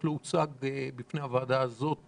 שהוצגה בפני הוועדה הזאת